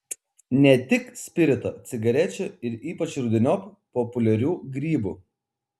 ne tik spirito cigarečių ir ypač rudeniop populiarių grybų